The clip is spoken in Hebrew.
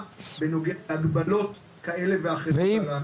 בנוגע להגבלות כאלה ואחרות על הייבוא.